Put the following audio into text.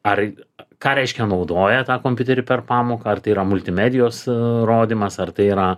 ar ką reiškia naudoja tą kompiuterį per pamoką ar tai yra multimedijos rodymas ar tai yra